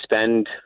spend